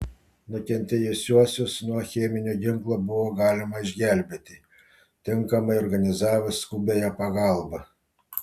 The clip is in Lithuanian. nukentėjusiuosius nuo cheminio ginklo buvo galima išgelbėti tinkamai organizavus skubiąją pagalbą